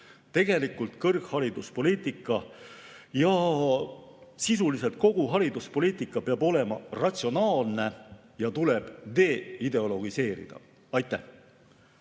Tegelikult peab kõrghariduspoliitika ja sisuliselt kogu hariduspoliitika olema ratsionaalne ja see tuleb deideologiseerida. Aitäh!